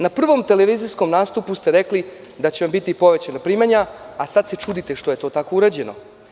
Na prvom televizijskom nastupu ste rekli da će biti povećana primanja, a sad se čudite što je to tako urađeno.